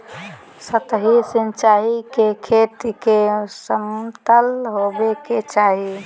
सतही सिंचाई के खेत के समतल होवे के चाही